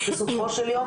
בסופו של יום,